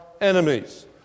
enemies